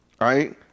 Right